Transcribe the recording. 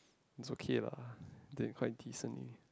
it's okay lah they quite teen so in